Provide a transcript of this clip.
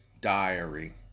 diary